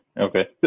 Okay